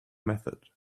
method